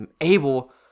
able